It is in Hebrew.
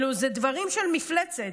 אלה דברים של מפלצת.